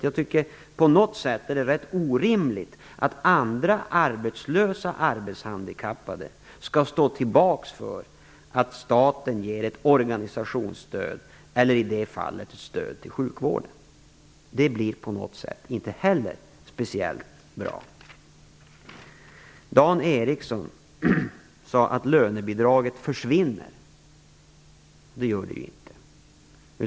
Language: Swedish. Jag tycker på något sätt att det är rätt orimligt att andra arbetslösa arbetshandikappade skall stå tillbaka för att staten ger ett organisationsstöd eller, i det fallet, ett stöd till sjukvården. Det blir på något sätt inte heller speciellt bra. Dan Ericsson sade att lönebidraget försvinner. Det gör det ju inte.